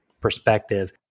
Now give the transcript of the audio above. perspective